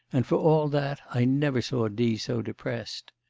and for all that, i never saw d. so depressed.